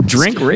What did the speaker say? Drink